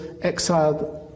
exiled